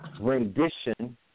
rendition